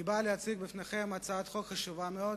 אני בא להציג בפניכם הצעת חוק חשובה מאוד,